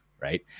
right